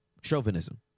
Chauvinism